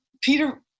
peter